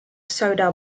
soda